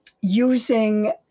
using